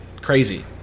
crazy